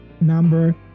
number